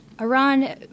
Iran